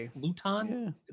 Luton